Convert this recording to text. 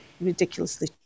ridiculously